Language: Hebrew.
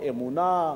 "אמונה"